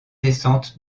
descente